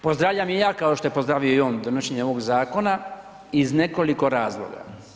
Pozdravljam i ja, kao što je pozdravio i on donošenje ovog zakona iz nekoliko razloga.